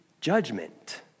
judgment